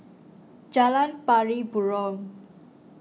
Jalan Pari Burong